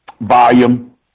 volume